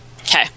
Okay